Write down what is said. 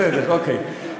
בסדר, אוקיי.